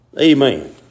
Amen